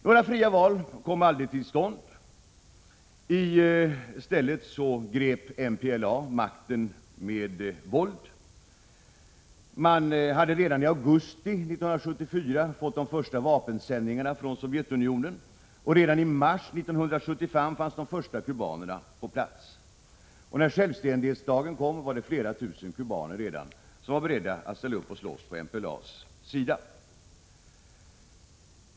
Några fria val kom aldrig till stånd. I stället grep MPLA makten med våld. Man hade redan i augusti 1974 fått de första vapensändningarna från Sovjetunionen, och redan i mars 1975 fanns de första kubanerna på plats. När självständighetsdagen kom var det redan flera tusen kubaner som var beredda att ställa upp och slåss på MPLA:s sida.